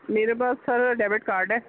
میرے پاس sir debit card ہے